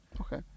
Okay